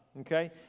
okay